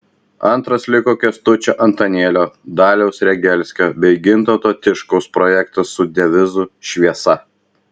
antras liko kęstučio antanėlio daliaus regelskio bei gintauto tiškaus projektas su devizu šviesa